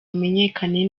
amenyekane